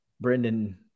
Brendan